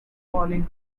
falling